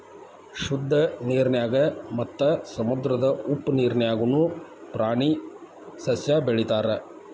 ಶುದ್ದ ನೇರಿನ್ಯಾಗ ಮತ್ತ ಸಮುದ್ರದ ಉಪ್ಪ ನೇರಿನ್ಯಾಗುನು ಪ್ರಾಣಿ ಸಸ್ಯಾ ಬೆಳಿತಾರ